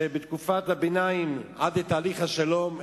שבתקופת הביניים עד לתהליך השלום,